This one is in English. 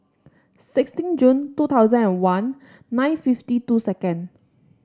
sixteen June two thousand and one nine fifty two second